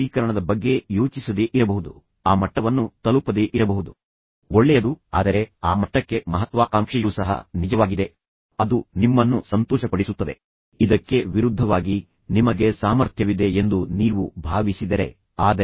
ಮತ್ತು ಅದೇ ವಿಷಯವನ್ನು ನೀನು ತಂದೆಗೆ ಹೇಳಬಹುದು ನೀನು ಇದನ್ನು ಹೇಗೆ ಮಾಡಲು ಸಾಧ್ಯವಾಯಿತು ನೀನು ತುಂಬಾ ಆಪ್ತರಾಗಿದ್ದೆ ಮತ್ತು ಅವನು ಜನಿಸಿದಾಗ ತುಂಬಾ ಸಂತೋಷವಾಗಿದ್ರಿ ಮತ್ತು ನಂತರ ನೀವು ನಿಮ್ಮ ಸಮಯವನ್ನು ಕಳೆಯುತ್ತಿದ್ದಿರಿ